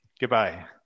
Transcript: Goodbye